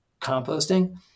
composting